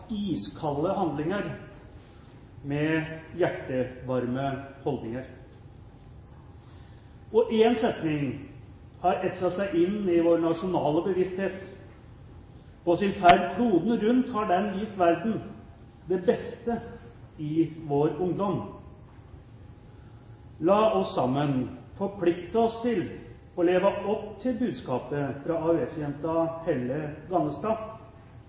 iskalde handlinger med hjertevarme holdninger. Én setning har etset seg inn i vår nasjonale bevissthet. På sin ferd kloden rundt har den vist verden det beste i vår ungdom. La oss sammen forplikte oss til å leve opp til budskapet fra AUF-jenta Helle